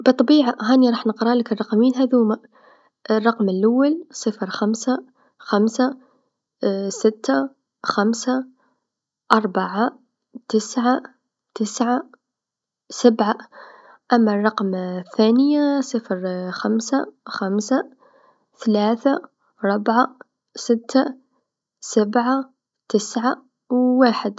بالطبيعه هاني راح تقرالك الرقمين هاذوما الرقم اللول صفر خمسا خمسا ستا خمسا أربعا تسعا تسعا سبعا، أما الرقم الثاني صفر خمسا خمسا ثلاثا ربعا ستا سبعا تسعا و واحد.